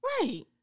Right